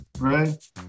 right